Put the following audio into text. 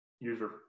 user